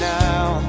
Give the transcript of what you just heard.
now